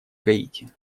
гаити